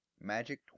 Magic